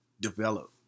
develop